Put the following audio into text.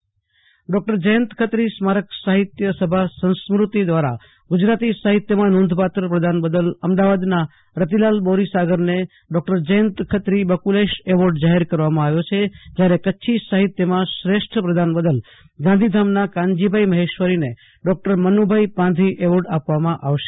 Ashutosh Antani doctor Jayant Khatri સ્મારક સાહિત્ય સભા સંસ્કૃતિ દ્વારા ગુજરાતી સાહિત્યમાં નોધપાત્ર પ્રદાન બદલ અમદાવાદનાં રતિલાલ બોરીસાગરને ડોક્ટર જયંત ખત્રી બકુલેશ એવોર્ડ જાહેર કરવામાં આવ્યો છે જયારે કરછી સાહિત્યમાં શ્રેષ્ઠ પ્રદાન બદલ ગાંધીધામનાં કાનજીભાઈ મહેશ્વરીને ડોક્ટર મનુભાઈ પાંધી એવોર્ડ આપવામાં આવશે